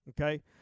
Okay